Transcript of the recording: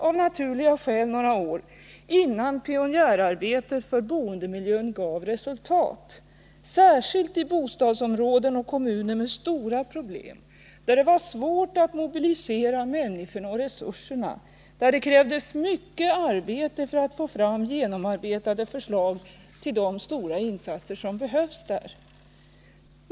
Av naturliga skäl dröjde det några år innan pionjärarbetet för boendemiljön gav resultat — särskilt i bostadsområden och kommuner med stora problem, där det var svårt att mobilisera människorna och resurserna och där det krävdes mycket arbete för att få fram genomarbetade förslag till de stora insatser som behövdes.